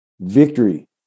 victory